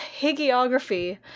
hagiography